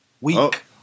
week